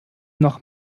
noch